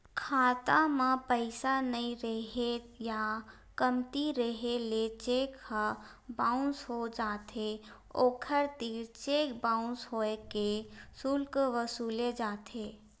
खाता म पइसा नइ रेहे या कमती रेहे ले चेक ह बाउंस हो जाथे, ओखर तीर चेक बाउंस होए के सुल्क वसूले जाथे